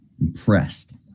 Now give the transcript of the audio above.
impressed